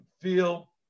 feel